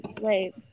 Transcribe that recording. wait